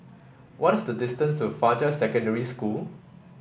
what is the distance to Fajar Secondary School